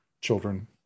children